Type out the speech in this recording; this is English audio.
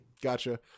Gotcha